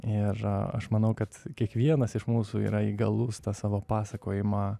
ir aš manau kad kiekvienas iš mūsų yra įgalus tą savo pasakojimą